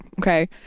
okay